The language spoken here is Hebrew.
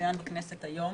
שמצוין בכנסת היום,